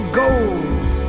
gold